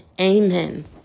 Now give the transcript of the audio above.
amen